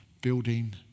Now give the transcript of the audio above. building